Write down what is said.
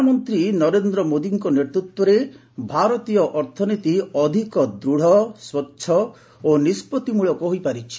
ପ୍ରଧାନମନ୍ତ୍ରୀ ନରେନ୍ଦ୍ର ମୋଦିଙ୍କ ନେତୃତ୍ୱରେ ଭାରତୀୟ ଅର୍ଥନୀତି ଅଧିକ ଦୃଢ଼ ସ୍ୱଚ୍ଚ ଓ ନିଷ୍ପଭିମୂଳକ ହୋଇପାରିଛି